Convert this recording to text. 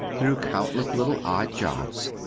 through countless little odd jobs.